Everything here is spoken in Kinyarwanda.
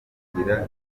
kugira